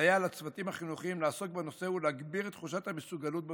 לסייע לצוותים החינוכיים לעסוק בנושא ולהגביר את תחושת המסוגלות בתחום.